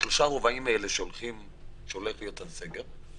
בשלושת הרובעים האלה בהם עומד להיות הסגר,